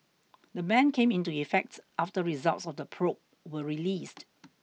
the ban came into effect after results of the probe were released